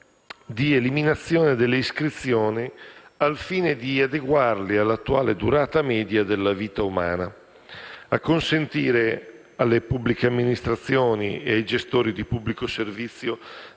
di eliminazione delle iscrizioni al fine di adeguarli alla attuale durata media della vita umana; a consentire alle pubbliche amministrazioni e ai gestori di pubblico servizio